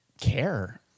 care